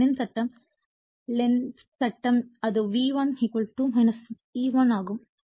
எனவே லென்ஸின் சட்டம் லென்ஸ் சட்டம் அது V1 E1 ஆகும்